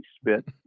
spit